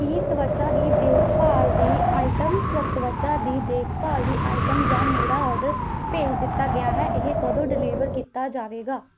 ਕੀ ਤਵਚਾ ਦੀ ਦੇਖ ਭਾਲ ਦੀ ਆਈਟਮਸ ਤਵਚਾ ਦੀ ਦੇਖ ਭਾਲ ਦੀ ਆਈਟਮਸ ਦਾ ਮੇਰਾ ਔਡਰ ਭੇਜ ਦਿੱਤਾ ਗਿਆ ਹੈ ਇਹ ਕਦੋਂ ਡਿਲੀਵਰ ਕੀਤਾ ਜਾਵੇਗਾ